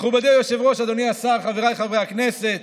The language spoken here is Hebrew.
מכובדי היושב-ראש, אדוני השר, חבריי חברי הכנסת,